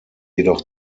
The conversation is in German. jedoch